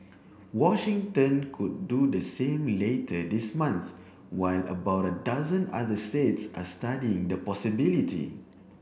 Washington could do the same later this month while about a dozen other states are studying the possibility